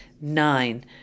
Nine